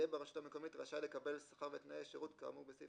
יהיה ברשות המקומית רשאי לקבל שכר ותנאי שירות כאמור בסעיף